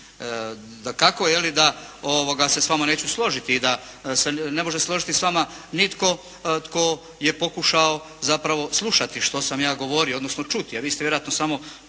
Dakako da se s vama neću složiti i da se ne može složiti s vama nitko tko je pokušao zapravo slušati što sam ja govorio odnosno čuti a vi ste vjerojatno samo